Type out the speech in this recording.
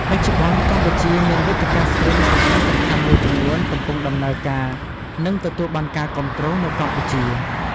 បច្ចុប្បន្នកម្ពុជា មានវេទិកាស្ទ្រីមសំខាន់ៗមួយចំនួនកំពុងដំណើរការ និងទទួលបានការគាំទ្រនៅកម្ពុជា។